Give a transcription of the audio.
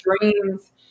dreams